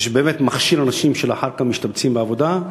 שבאמת מכשיר אנשים שלאחר מכן משתבצים בעבודה,